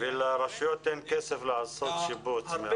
נכון, מה גם שלרשויות אין כסף לעשות שיפוצים.